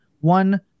one